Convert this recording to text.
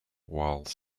while